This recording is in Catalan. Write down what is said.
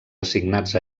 assignats